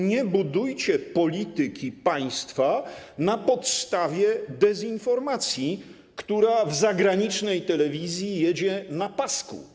Nie budujcie polityki państwa na podstawie dezinformacji, która w zagranicznej telewizji jedzie na pasku.